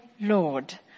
Lord